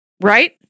right